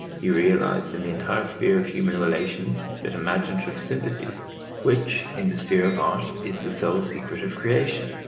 he realised in the entire sphere of human relations that imaginative sympathy which in the sphere of art is the sole secret of creation.